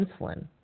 insulin